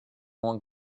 won’t